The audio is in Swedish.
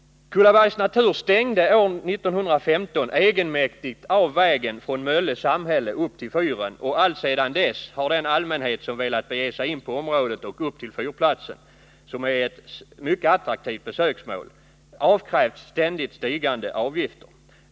Kullabergs Natur stängde år 1915 egenmäktigt av vägen från Mölle samhälle upp till fyren, och alltsedan dess har den allmänhet som velat bege sig in på området och upp till fyrplatsen — som är ett mycket attraktivt besöksmål — avkrävts ständigt stigande avgifter.